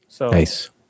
Nice